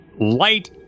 light